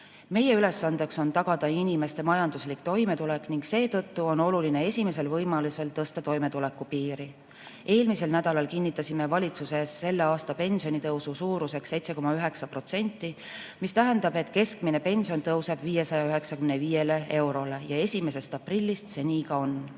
Meie ülesandeks on tagada inimeste majanduslik toimetulek ning seetõttu on oluline esimesel võimalusel tõsta toimetulekupiiri. Eelmisel nädalal kinnitasime valitsuses selle aasta pensionitõusu suuruseks 7,9%, mis tähendab, et keskmine pension tõuseb 595 eurole ja 1. aprillist see nii ka on.